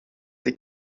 des